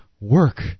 work